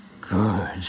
good